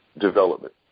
development